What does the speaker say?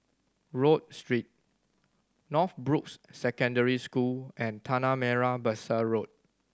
Rodyk Street Northbrooks Secondary School and Tanah Merah Besar Road